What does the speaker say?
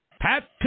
Pat